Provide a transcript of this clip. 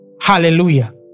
Hallelujah